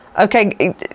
Okay